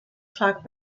flag